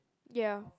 ya